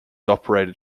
operated